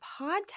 podcast